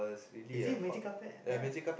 is it magic carpet right